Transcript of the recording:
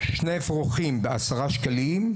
שני אפרוחים בעשרה שקלים,